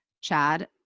chad